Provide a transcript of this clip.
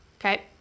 Okay